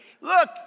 look